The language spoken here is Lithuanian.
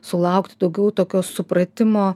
sulaukti daugiau tokio supratimo